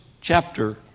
chapter